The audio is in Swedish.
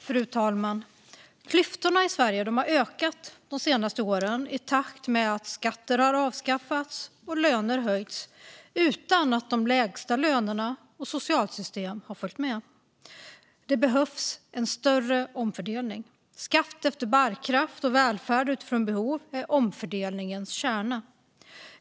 Fru talman! Klyftorna i Sverige har ökat de senaste åren, i takt med att skatter avskaffats och löner höjts utan att de lägsta lönerna och socialsystemen följt med. Det behövs större omfördelning. Skatt efter bärkraft och välfärd utifrån behov är omfördelningens kärna.